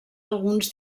alguns